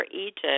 Egypt